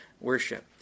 worship